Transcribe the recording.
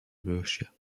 russia